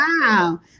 wow